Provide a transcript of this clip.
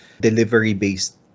delivery-based